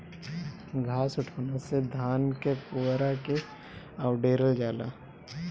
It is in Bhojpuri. घास उठौना से धान क पुअरा के अवडेरल जाला